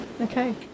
Okay